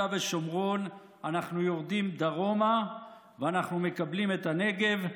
ושומרון אנחנו יורדים דרומה ומקבלים את הנגב.